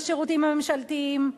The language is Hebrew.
בשירותים הממשלתיים.